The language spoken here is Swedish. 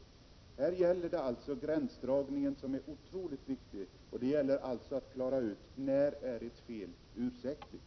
Det gäller att klara ut den otroligt viktiga frågan när ett begånget fel är ursäktligt eller ej.